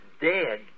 dead